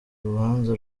rubanza